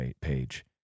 page